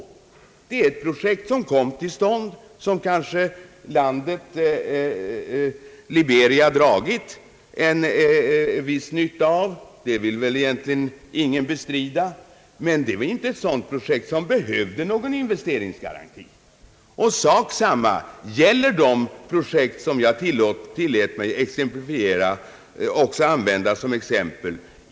Lamco är ett projekt som redan kommit till stånd och som landet Liberia kanske dragit en viss nytta av — det vill väl egentligen ingen bestrida — men det är inte ett sådant projekt som behövde någon investeringsgaranti. Sak samma gäller de andra projekt som jag tillät mig att också nämna som exempel.